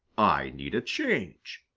i need a change.